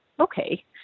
okay